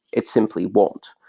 it simply won't.